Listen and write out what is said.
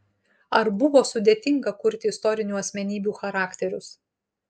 ar buvo sudėtinga kurti istorinių asmenybių charakterius